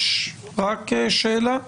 יש רק שאלה,